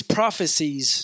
prophecies